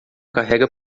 carrega